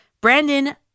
Brandon